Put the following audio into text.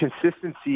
consistency